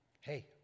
hey